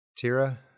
Tira